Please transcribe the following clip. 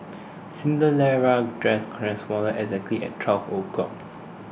cinderella's dress exactly at twelve o'clock